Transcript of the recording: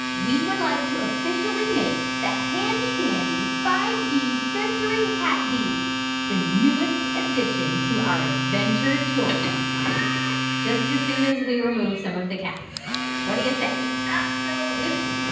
we would like to officially make the handy-dandy five d sensory hat d the newest addition to our adventure tool kit just as soon as we remove some of the cats what do you say? absolutely.